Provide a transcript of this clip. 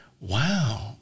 Wow